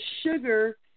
sugar